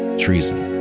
treason